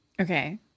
Okay